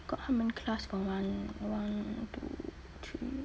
got how many class got one one two three